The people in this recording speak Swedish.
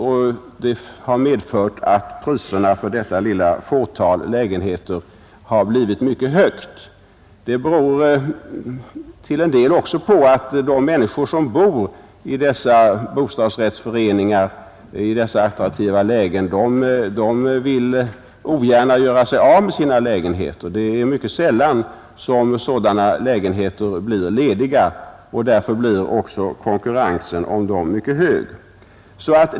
Det har medfört att priserna på detta fåtal lägenheter har blivit mycket höga. Det beror till en del också på att de människor som bor i de här bostadsrättslägenheterna i dessa attraktiva lägen ogärna vill göra sig av med sina lägenheter. Det är mycket sällan sådana lägenheter blir lediga och därför blir också konkurrensen om dem mycket hård.